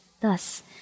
Thus